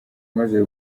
maze